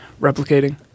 replicating